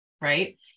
right